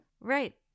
Right